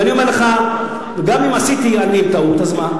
ואני אומר לך, גם אם עשיתי אני טעות, אז מה?